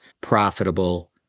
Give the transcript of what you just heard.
profitable